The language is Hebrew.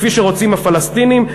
כפי שרוצים הפלסטינים.